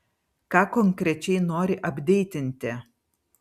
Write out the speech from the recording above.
ką konkrečiai nori apdeitinti